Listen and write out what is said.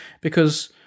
because-